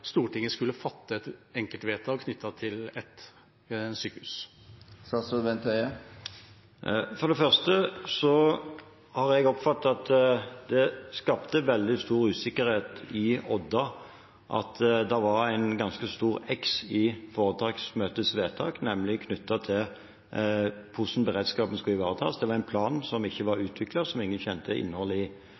Stortinget skulle fatte et enkeltvedtak knyttet til ett sykehus? For det første: Jeg har oppfattet at det skapte veldig stor usikkerhet i Odda, det at det var en ganske stor X i foretaksmøtets vedtak knyttet til hvordan beredskapen skal ivaretas. Det var en plan som ikke var utviklet, og som ingen kjente innholdet i.